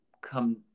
come